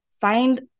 find